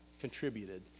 contributed